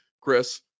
Chris